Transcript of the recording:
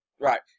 Right